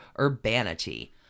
urbanity